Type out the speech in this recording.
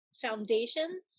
foundation